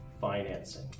financing